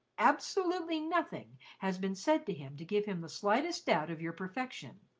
absolutely nothing has been said to him to give him the slightest doubt of your perfection.